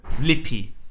lippy